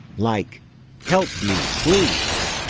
like help me, please!